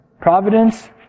Providence